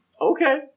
Okay